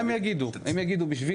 הם יאמרו זאת.